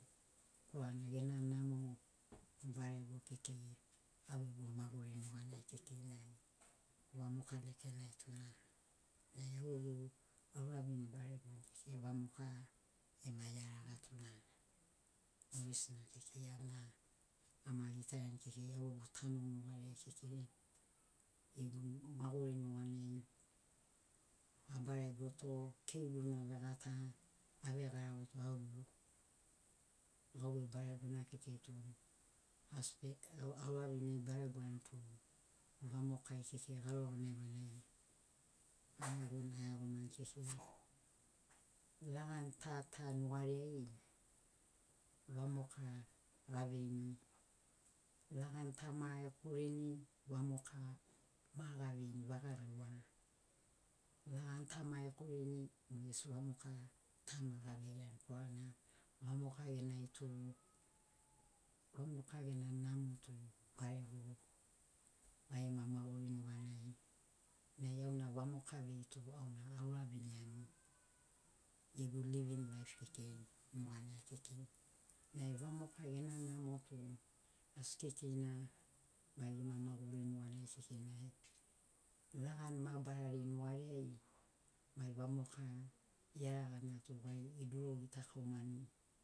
Korana gena namo barego kekei au gegu maguri nuganai kekei nai vamoka lekenai tuna nai auravini baregoani vamoka ema iaraga tuna mogesina kekei auna ama gitaiani kekei au gegu tanu nugariai kekei gegu maguri nuganai abaregoto keiguna vegata avegaragoto au gegu gauvei baregona kekei tu aspe au auravini baregoani tu vamokai kekei garo vanagi vanagi aiagoni aiagomani kekei lagani ta ta nugariai vamoka gaveini lagani ta ma ekorini vamoka ma gaveini vaga lua lagani ta ma ekorini mogesi vamoka ta ma gaveiani korana vamoka genai tu vamoka gena namo tu barego gai gema maguri nugariai nai auna vamoka vei tu auna auraviniani gegu livin laif kekei nuganai kekei nai vamoka gena namo tu asi kekeina gai gema maguri nugariai kekei nai lagani mabarari nugariai gai vamoka iaragana tu gai eduru gitakaumani.